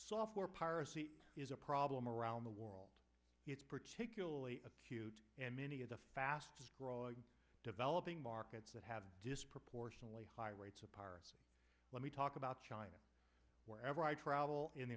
software piracy is a problem around the world particularly acute and many of the fastest growing developing markets that have disproportionately high rates of piracy let me talk about china wherever i travel in the